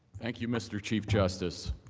thank you mr. chief justice.